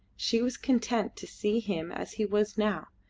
she was content to see him as he was now,